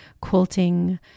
quilting